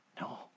No